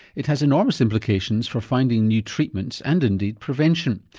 it has enormous implications for finding new treatments and indeed prevention.